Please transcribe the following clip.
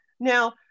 Now